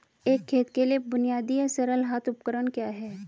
एक खेत के लिए बुनियादी या सरल हाथ उपकरण क्या हैं?